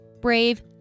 brave